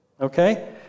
Okay